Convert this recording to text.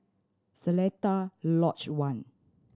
Seletar Lodge One